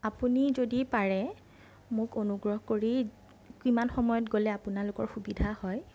আপুনি যদি পাৰে মোক অনুগ্ৰহ কৰি কিমান সময়ত গ'লে আপোনালোকৰ সুবিধা হয়